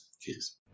Cheers